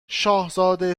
شاهزاده